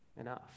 enough